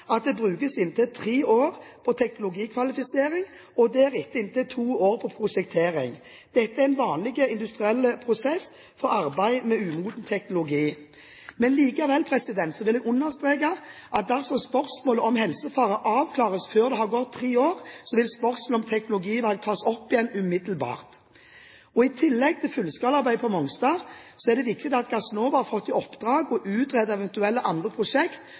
at det brukes inntil tre år på teknologikvalifisering og deretter inntil to år på prosjektering. Dette er en vanlig industriell prosess for arbeid med umoden teknologi. Jeg vil likevel understreke at dersom spørsmålet om helsefare avklares før det har gått tre år, vil spørsmålet om teknologivalg tas opp igjen umiddelbart. I tillegg til fullskalaarbeidet på Mongstad er det viktig at Gassnova har fått i oppdrag å utrede eventuelle andre